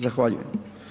Zahvaljujem.